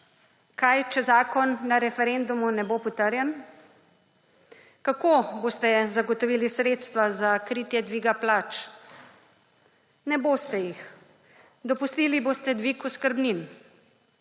Kaj, če zakon na referendumu ne bo potrjen? Kako boste zagotovili sredstva za kritje dviga plač? Ne boste jih. Dopustili boste dvig oskrbnin.